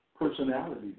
personality